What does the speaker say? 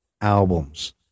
albums